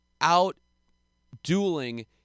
out-dueling